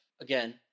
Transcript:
Again